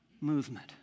movement